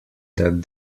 that